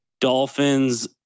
Dolphins